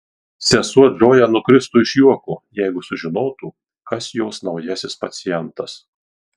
sesuo džoja nukristų iš juoko jeigu sužinotų kas jos naujasis pacientas